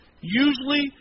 usually